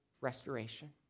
restoration